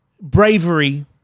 bravery